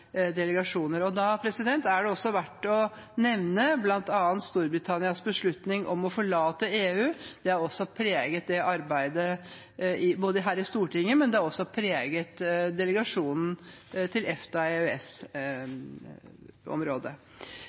delegasjoner. Da er det verdt å nevne bl.a. Storbritannias beslutning om å forlate EU. Det har preget arbeidet her i Stortinget, men det har også preget delegasjonen til EFTA/EØS-området. Det er også slik at man merker konsekvensene av brexit i Norge. EFTA og EØS